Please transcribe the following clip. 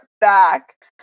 back